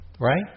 right